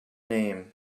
name